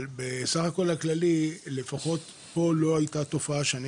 בסך הכול הכללי לפחות כאן לא הייתה תופעה שאני